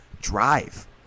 drive